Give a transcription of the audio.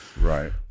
Right